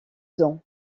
dons